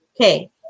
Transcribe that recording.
okay